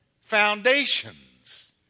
foundations